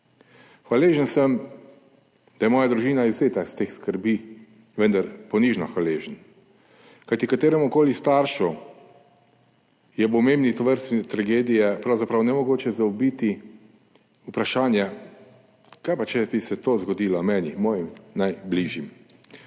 Hvaležen sem, da je moja družina izvzeta iz teh skrbi, vendar ponižno hvaležen, kajti kateremukoli staršu je ob omembi tovrstne tragedije pravzaprav nemogoče zaobiti vprašanje, kaj pa če bi se to zgodilo meni, mojim najbližjim.